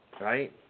Right